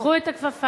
קחו את הכפפה,